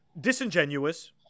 disingenuous